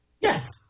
Yes